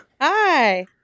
Hi